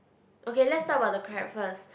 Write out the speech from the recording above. okay let's talk about the crab first